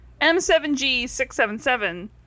M7G677